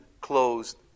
closed